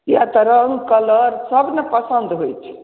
किआ तऽ रङ्ग कलर सब ने पसन्द होयत छै